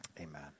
amen